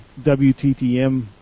WTTM